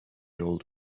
old